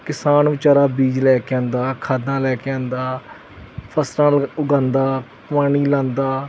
ਕਿਸਾਨ ਵਿਚਾਰਾ ਬੀਜ ਲੈ ਕੇ ਆਉਂਦਾ ਖਾਦਾਂ ਲੈ ਕੇ ਆਉਂਦਾ ਫਸਲਾਂ ਨੂੰ ਉਗਾਉਂਦਾ ਪਾਣੀ ਲਾਉਂਦਾ